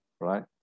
right